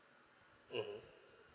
mmhmm